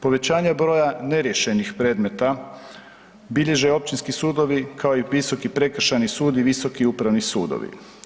Povećanje broja neriješenih predmeta bilježe i Općinski sudovi kao i Visoki prekršajni sud i Visoki upravni sudovi.